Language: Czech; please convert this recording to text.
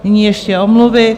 Nyní ještě omluvy.